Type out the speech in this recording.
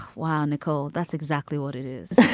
wow, nicole, that's exactly what it is.